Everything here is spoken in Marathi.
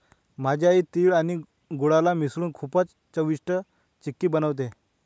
माझी आई तिळ आणि गुळाला मिसळून खूपच चविष्ट चिक्की बनवते